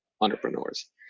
entrepreneurs